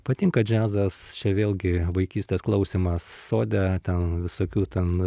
patinka džiazas čia vėlgi vaikystės klausymas sode ten visokių ten